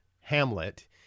Hamlet